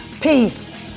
Peace